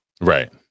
right